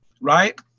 Right